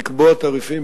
הארגון,